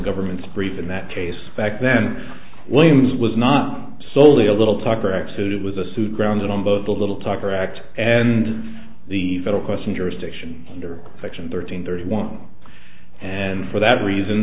government's brief in that case back then williams was not soley a little talk perhaps it was a suit grounded on both the little talker act and the federal question jurisdiction under section thirteen thirty one and for that reason